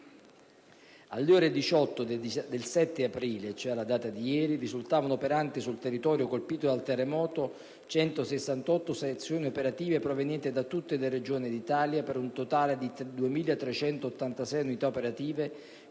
Alle 18 del 7 aprile, cioè alla data di ieri, risultavano operanti sul territorio colpito dal terremoto 168 sezioni operative provenienti da tutte le Regioni d'Italia, per un totale di 2.386 unità operative,